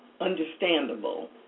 understandable